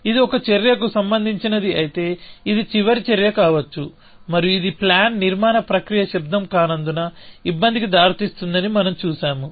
ఇది ఒక చర్యకు సంబంధించినది అయితే ఇది చివరి చర్య కావచ్చు మరియు ఇది ప్లాన్ నిర్మాణ ప్రక్రియ శబ్దం కానందున ఇబ్బందికి దారితీస్తుందని మనం చూశాము